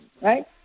right